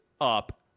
up